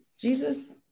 Jesus